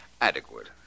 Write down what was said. Adequate